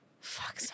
Fuck